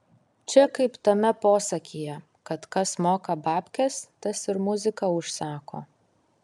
čia kaip tame posakyje kad kas moka babkes tas ir muziką užsako